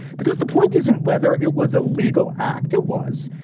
because the point isn't whether it was a legal act. it was.